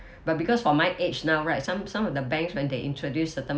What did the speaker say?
but because for my age now right some some of the banks when they introduce certain